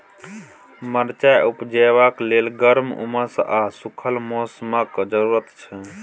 मरचाइ उपजेबाक लेल गर्म, उम्मस आ सुखल मौसमक जरुरत छै